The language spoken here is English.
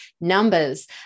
numbers